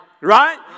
right